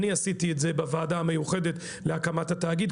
אני עשיתי את זה בוועדה המיוחדת להקמת התאגיד,